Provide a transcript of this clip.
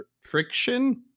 friction